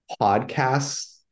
podcasts